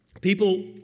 People